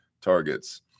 targets